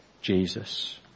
Jesus